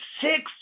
six